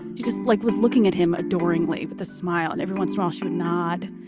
just like was looking at him adoringly with a smile and everyone's smile, she would nod